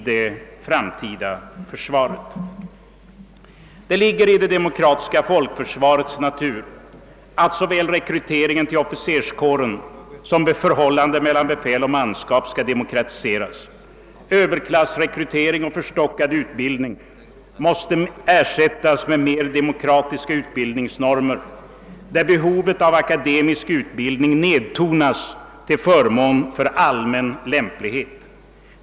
Det ligger i det demokratiska folkför svarets natur, att såväl rekryteringen av officerskåren som förhållandet mellan befäl och manskap skall demokratiseras. Överklassrekrytering och förstockad utbildning måste ersättas med mer demokratiska utbildningsnormer, varvid kravet på akademisk utbildning nedtonas till förmån för allmän lämplighet.